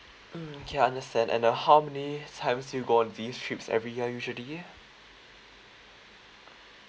mm okay understand and uh how many times you go on these trips every year usually